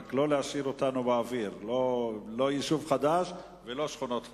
רק לא להשאיר אותנו באוויר: לא יישוב חדש ולא שכונות חדשות.